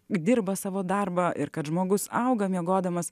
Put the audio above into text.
dirba savo darbą ir kad žmogus auga miegodamas